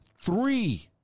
three